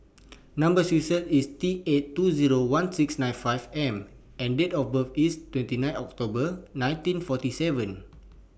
Number sequence IS T eight two Zero one six nine five M and Date of birth IS twenty nine October nineteen forty seven